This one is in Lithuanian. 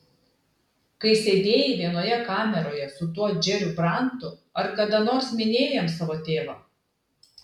kai sėdėjai vienoje kameroje su tuo džeriu brantu ar kada nors minėjai jam savo tėvą